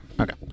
Okay